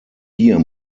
hier